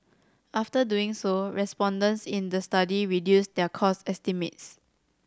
after doing so respondents in the study reduced their cost estimates